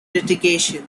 litigation